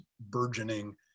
burgeoning